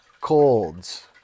colds